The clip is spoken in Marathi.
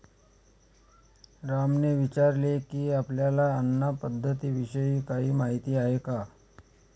रामने विचारले की, आपल्याला अन्न पद्धतीविषयी काही माहित आहे का?